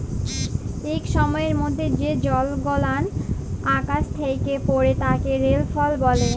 ইক সময়ের মধ্যে যে জলগুলান আকাশ থ্যাকে পড়ে তাকে রেলফল ব্যলে